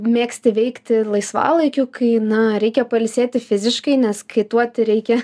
mėgsti veikti laisvalaikiu kai na reikia pailsėti fiziškai nes kaituoti reikia